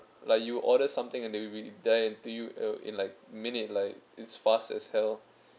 like you order something and they'll be there it to you in in like minute like it's fast as hell